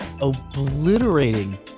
obliterating